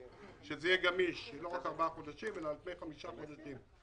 שזה יהיה גמיש לא רק לארבעה חודשים אלא על פני חמישה חודשים.